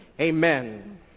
Amen